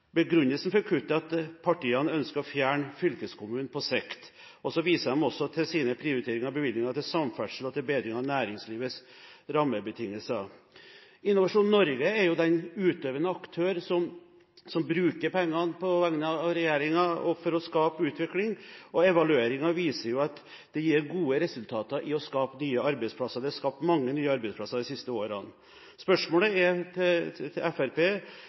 Begrunnelsen for kuttet er at partiene ønsker å fjerne fylkeskommunen på sikt. De viser også til sine prioriteringer av bevilgning til samferdsel og til bedring av næringslivets rammebetingelser. Innovasjon Norge er jo den utøvende aktøren, som bruker pengene på vegne av regjeringen for å skape utvikling, og evalueringen viser at det gir gode resultater med hensyn til å skape nye arbeidsplasser. Det er skapt mange nye arbeidsplasser de siste årene. Det første spørsmålet til Fremskrittspartiet er: